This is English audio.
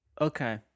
Okay